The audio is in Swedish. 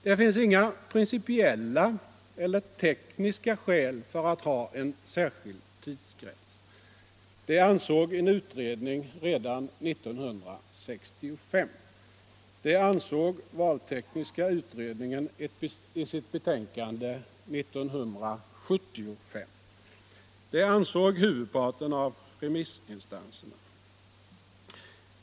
Det finns inga principiella eller tekniska skäl för att ha en särskild tidsgräns. Det ansåg en utredning redan 1965. Det ansåg valtekniska utredningen i sitt betänkande 1975. Det ansåg huvudparten av remissinstanserna.